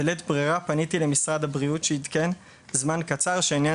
בלית ברירה פניתי למשרד הבריאות שעידכן תוך זמן קצר שהעניין